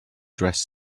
dress